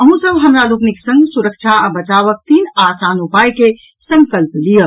अहूँ सब हमरा लोकनिक संग सुरक्षा आ बचावक तीन आसान उपायक संकल्प लियऽ